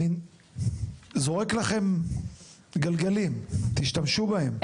אני זורק לכם גלגלים, תשתמשו בהם,